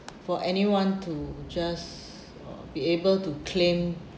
for anyone to just uh be able to claim